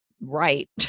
right